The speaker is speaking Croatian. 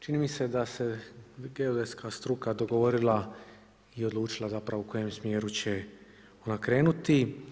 Čini mi se da se geodetska struka dogovorila i odlučila zapravo u kojem smjeru će ona krenuti.